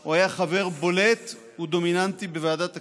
הוא היה חבר בולט ודומיננטי בוועדת הכספים,